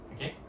Okay